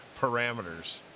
parameters